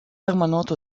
permanente